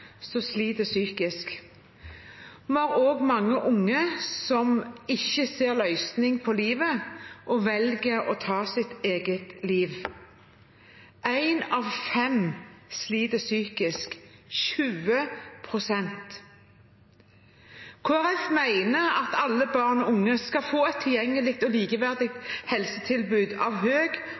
sliter psykisk. Vi har også mange unge som ikke ser en løsning på livet og velger å ta sitt eget liv. Én av fem sliter psykisk – 20 pst. Kristelig Folkeparti mener at alle barn og unge skal få et tilgjengelig og likeverdig helsetilbud av